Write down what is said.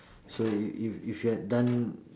so if if if you had done